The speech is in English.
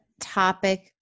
topic